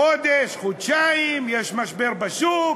חודש, חודשיים, יש משבר בשוק,